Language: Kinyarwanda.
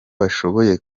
bashoboye